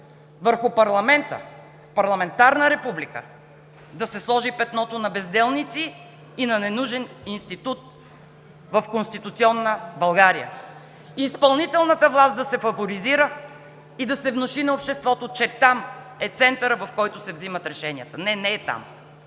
върху парламента в парламентарна република да се сложи петното на безделници и на ненужен институт в конституционна България, изпълнителната власт да се фаворизира и да се внуши на обществото, че там е центърът, в който се вземат решенията. Не, не е там.